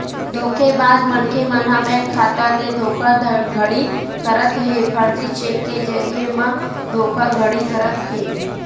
धोखेबाज मनखे मन ह बेंक खाता ले धोखाघड़ी करत हे, फरजी चेक के जरिए म धोखाघड़ी करत हे